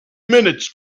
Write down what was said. minutes